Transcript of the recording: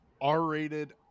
r-rated